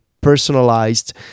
personalized